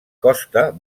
costa